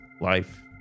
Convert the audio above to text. life